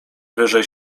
wyżej